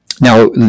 Now